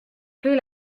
plus